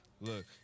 look